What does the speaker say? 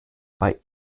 bei